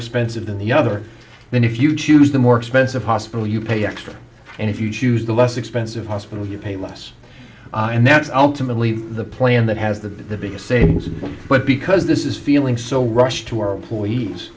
expensive than the other then if you choose the more expensive hospital you pay extra and if you choose the less expensive hospital you pay less and that's ultimately the plan that has the biggest savings but because this is feeling so rushed to our employees